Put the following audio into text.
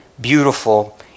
beautiful